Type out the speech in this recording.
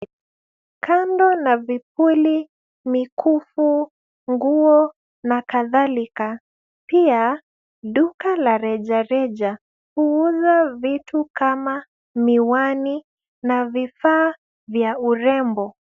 Kando na vipuli, mikufu, nguo na kadhalika. Pia duka la rejareja huuza vitu kama miwani na vifaa vya urembo.